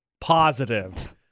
positive